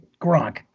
Gronk